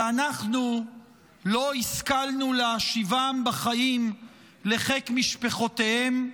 ואנחנו לא השכלנו להשיבם בחיים לחיק משפחותיהם.